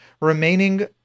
remaining